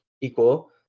equal